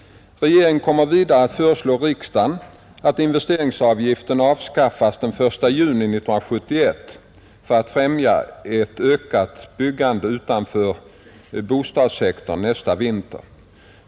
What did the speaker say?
Regeringen kommer vidare att föreslå riksdagen att investeringsavgiften avskaffas den 1 juni 1971 för att främja ett ökande byggande utanför bostadssektorn nästa vinter.